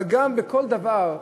אבל בכל דבר,